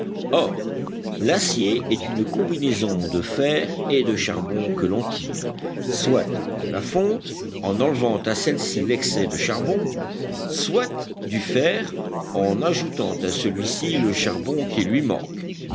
or l'acier est une combinaison de fer et de charbon que l'on tire soit de la fonte en enlevant à celle-ci l'excès de charbon soit du fer en ajoutant à celui-ci le charbon qui lui manque